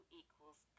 equals